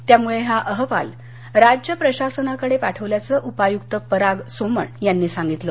त्यामुळे हा अहवाल राज्य प्रशासनाकडे पाठवल्याचं उपायुक्त पराग सोमण यांनी सांगितलं